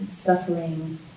suffering